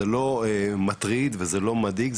זה לא מטריד וזה לא מדאיג,